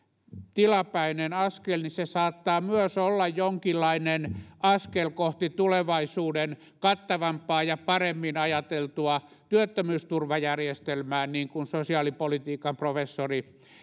tilapäinen askel saattaa myös olla jonkinlainen askel kohti tulevaisuuden kattavampaa ja paremmin ajateltua työttömyysturvajärjestelmää niin kuin sosiaalipolitiikan professori